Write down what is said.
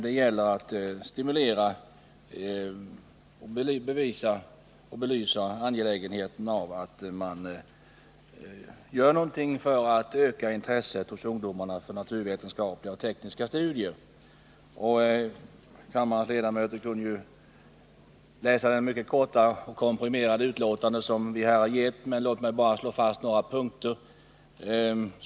Det gäller att stimulera och belysa angelägenheten av att man gör någonting för att öka intresset hos ungdomarna för naturvetenskapliga och tekniska studier. Kammarens ledamöter har kunnat läsa det mycket korta och komprimerade betänkande som vi har avgett. Men låt mig bara slå fast några punkter.